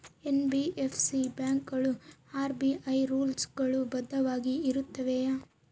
NBFC ಬ್ಯಾಂಕುಗಳು RBI rules ಗಳು ಬದ್ಧವಾಗಿ ಇರುತ್ತವೆಯ?